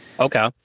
Okay